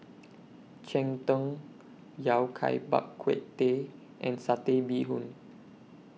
Cheng Tng Yao Cai Bak Kut Teh and Satay Bee Hoon